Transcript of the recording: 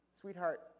sweetheart